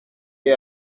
est